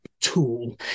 tool